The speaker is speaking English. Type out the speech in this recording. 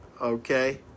okay